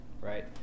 right